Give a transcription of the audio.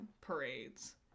parades